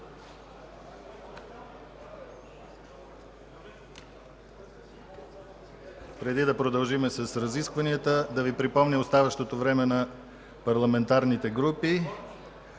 Преди да продължим с разискванията, да Ви припомня оставащото време на парламентарните групи: